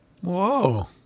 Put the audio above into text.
Whoa